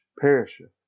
perisheth